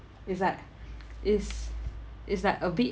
it's like it's it's like a bit